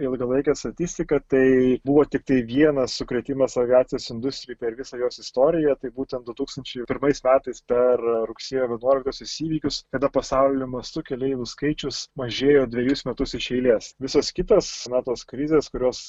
ilgalaikę statistiką tai buvo tiktai vienas sukrėtimas aviacijos industrijai per visą jos istoriją tai būtent du tūkstančiai pirmais metais per rugsėjo vienuoliktosios įvykius kada pasauliniu mastu keleivių skaičius mažėjo dvejus metus iš eilės visos kitos nuo tos krizės kurios